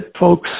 folks